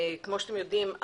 כפי שאתם יודעים,